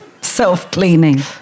Self-cleaning